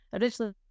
Originally